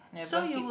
never hit